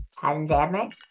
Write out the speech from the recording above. pandemic